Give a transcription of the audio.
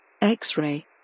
X-ray